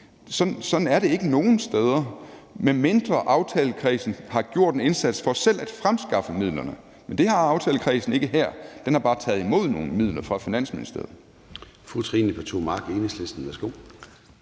Sådan er det ikke nogen steder, medmindre aftalekredsen har gjort en indsats for selv at fremskaffe midlerne, men det har aftalekredsen ikke her. Den har bare taget imod nogle midler fra Finansministeriet.